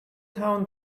town